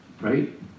right